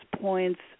points